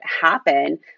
happen